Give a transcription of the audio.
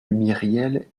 myriel